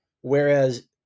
Whereas